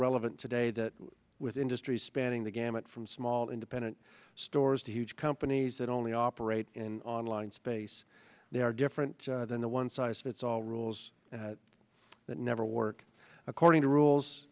relevant today that with industries spanning the gamut from small independent stores to huge companies that only operate in online space they are different than the one size fits all rules that never work according to rules